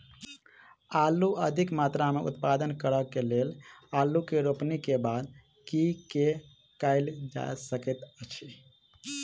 आलु अधिक मात्रा मे उत्पादन करऽ केँ लेल आलु केँ रोपनी केँ बाद की केँ कैल जाय सकैत अछि?